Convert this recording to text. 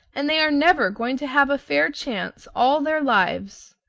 and they are never going to have a fair chance all their lives.